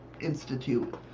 Institute